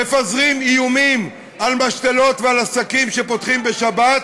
מפזרים איומים על משתלות ועל עסקים שפותחים בשבת.